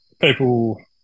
people